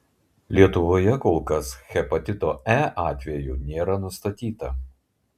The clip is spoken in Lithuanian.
lietuvoje kol kas hepatito e atvejų nėra nustatyta